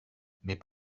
mais